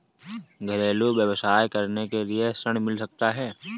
घरेलू व्यवसाय करने के लिए ऋण मिल सकता है?